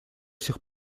сих